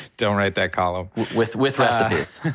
don't write that column. with with recipes.